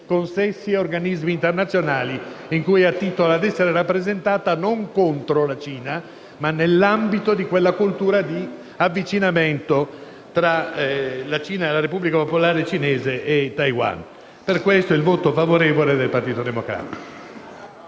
consessi ed organismi internazionali in cui ha titolo ad essere rappresentata non contro la Cina, ma nell'ambito di quella cultura di avvicinamento tra la Repubblica popolare cinese e Taiwan. Per tale motivo, il voto del Gruppo del Partito Democratico